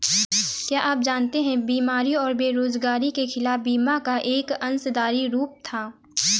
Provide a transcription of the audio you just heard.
क्या आप जानते है बीमारी और बेरोजगारी के खिलाफ बीमा का एक अंशदायी रूप था?